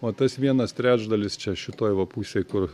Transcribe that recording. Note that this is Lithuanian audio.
o tas vienas trečdalis čia šitoj va pusėj kur